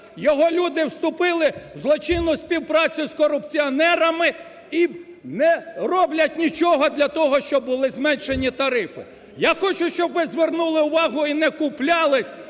його люди вступити у злочинну співпрацю з корупціонерами і не роблять нічого для того, щоб були зменшені тарифи. Я хочу, щоб ви звернули увагу не куплялись